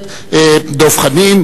הכנסת דב חנין.